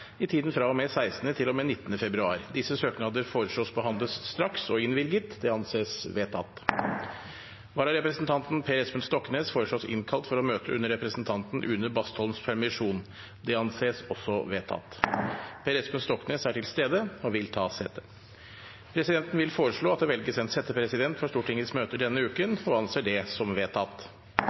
i tiden fra og med 16. til og med 19. februar Etter forslag fra presidenten ble enstemmig besluttet: Søknadene behandles straks og innvilges. Vararepresentanten Per Espen Stoknes innkalles for å møte under representanten Une Bastholms permisjon. Per Espen Stoknes er til stede og vil ta sete. Presidenten vil foreslå at det velges en settepresident for Stortingets møter denne uken, og anser det som vedtatt.